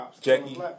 Jackie